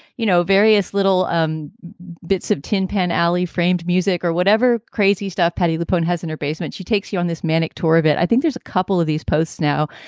you know, various little um bits of tin pan alley framed music or whatever crazy stuff. patti lupone has in her basement. she takes you on this manic tour of it. i think there's a couple of these posts now.